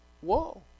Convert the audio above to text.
Whoa